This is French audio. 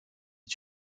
est